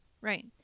right